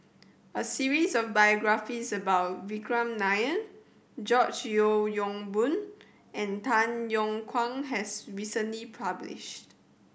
a series of biographies about Vikram Nair George Yeo Yong Boon and Tay Yong Kwang has recently published